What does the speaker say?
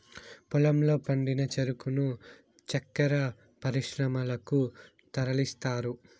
పొలంలో పండిన చెరుకును చక్కర పరిశ్రమలకు తరలిస్తారు